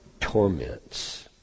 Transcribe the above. torments